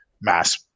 mass